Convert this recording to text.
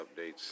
updates